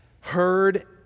heard